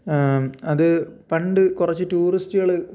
അത് പണ്ട് കുറച്ച് ടൂറിസ്റ്റുകൾ